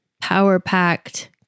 power-packed